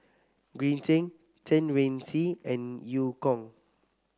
Green Zeng Chen Wen Hsi and Eu Kong